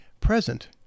present